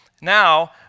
Now